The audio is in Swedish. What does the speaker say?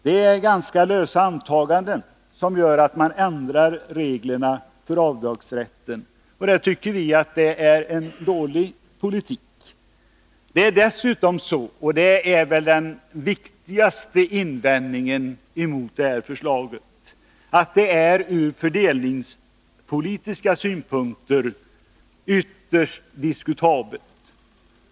Det är ganska lösa antaganden som gör att man ändrar reglerna för avdragsrätten, och det tycker vi är en dålig politik. Det är dessutom så — och detta är väl den viktigaste invändningen — att förslaget från fördelningspolitiska synpunkter är ytterst diskutabelt.